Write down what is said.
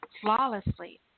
Flawlessly